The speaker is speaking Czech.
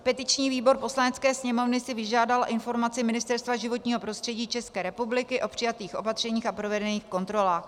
Petiční výbor Poslanecké sněmovny si vyžádal informaci Ministerstva životního prostředí České republiky o přijatých opatřeních a provedených kontrolách.